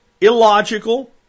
illogical